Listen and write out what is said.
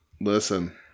Listen